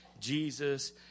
Jesus